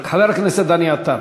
חבר הכנסת דני עטר.